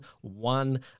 one